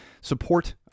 support